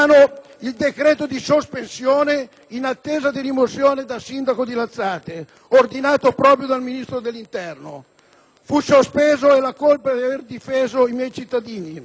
il decreto di sospensione in attesa di rimozione da sindaco di Lazzate, ordinato proprio dal Ministro dell'interno. Fui sospeso, e la colpa era di aver difeso i miei cittadini,